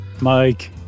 Mike